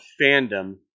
Fandom